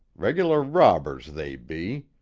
reg'lar robbers, they be.